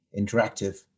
interactive